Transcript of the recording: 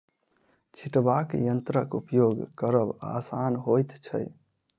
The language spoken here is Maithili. छिटबाक यंत्रक उपयोग करब आसान होइत छै